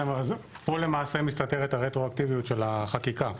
פה למעשה מסתתרת הרטרואקטיביות של החקיקה.